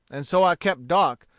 and so i kept dark,